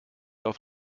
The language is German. auf